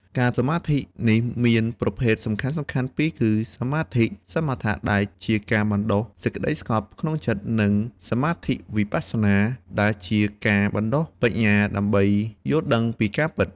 ការសមាធិនេះមានប្រភេទសំខាន់ៗពីរគឺ សមាធិសមាថៈ ដែលជាការបណ្ដុះសេចក្ដីស្ងប់ក្នុងចិត្ត និង សមាធិវិបស្សនា ដែលជាការបណ្ដុះបញ្ញាដើម្បីយល់ដឹងពីការពិត។